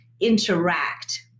interact